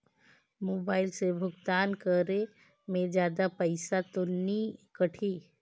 Mobile से भुगतान करे मे जादा पईसा तो नि कटही?